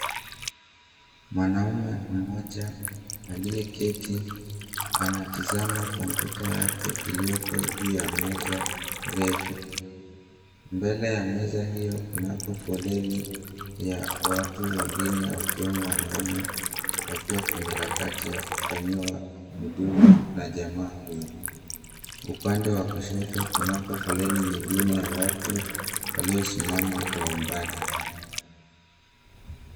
Mwanaume mmoja aliyeketi anatizama kompyuta yake ilioko juu ya meza refu. Mbele ya meza hio kunako foleni ya watu wengine wakiwemo wanaume wakiwa kwenye harakati ya kufanyiwa huduma na jamaa huyo. Upande wa kushoto kunako foleni nyingine ya watu waliosimama kwa umbali.